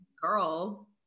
girl